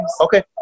Okay